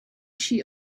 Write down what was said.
she